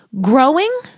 Growing